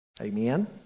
Amen